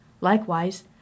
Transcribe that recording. Likewise